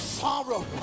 sorrow